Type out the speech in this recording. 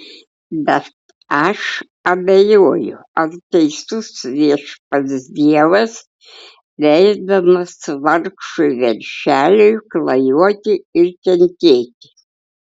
bet aš abejoju ar teisus viešpats dievas leisdamas vargšui veršeliui klajoti ir kentėti